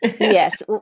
yes